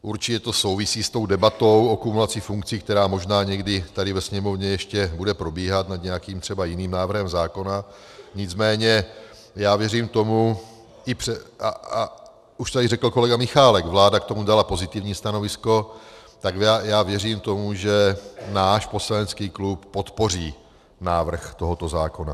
Určitě to souvisí s tou debatou o kumulaci funkcí, která možná někdy tady ve Sněmovně ještě bude probíhat nad nějakým třeba jiným návrhem zákona, nicméně já věřím tomu, a už tady řekl kolega Michálek, vláda k tomu dala pozitivní stanovisko, tak já věřím tomu, že náš poslanecký klub podpoří návrh tohoto zákona.